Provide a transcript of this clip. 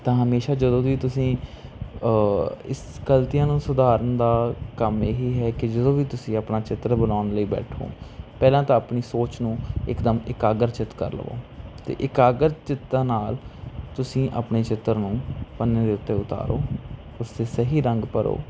ਤਾਂ ਹਮੇਸ਼ਾ ਜਦੋਂ ਵੀ ਤੁਸੀਂ ਇਸ ਗਲਤੀਆਂ ਨੂੰ ਸੁਧਾਰਨ ਦਾ ਕੰਮ ਇਹ ਹੀ ਹੈ ਕਿ ਜਦੋਂ ਵੀ ਤੁਸੀਂ ਆਪਣਾ ਚਿੱਤਰ ਬਣਾਉਣ ਲਈ ਬੈਠੋ ਪਹਿਲਾਂ ਤਾਂ ਆਪਣੀ ਸੋਚ ਨੂੰ ਇਕਦਮ ਇਕਾਗਰਚਿੱਤ ਕਰ ਲਓ ਅਤੇ ਇਕਾਗਰ ਚਿੱਤਤਾ ਨਾਲ ਤੁਸੀਂ ਆਪਣੇ ਚਿੱਤਰ ਨੂੰ ਪੰਨੇ ਦੇ ਉੱਤੇ ਉਤਾਰੋ ਉਸ 'ਤੇ ਸਹੀ ਰੰਗ ਭਰੋ